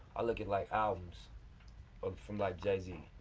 i look at like albums from like jay-z or